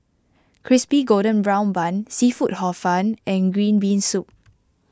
Crispy Golden Brown Bun Seafood Hor Fun and Green Bean Soup